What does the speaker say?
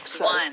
One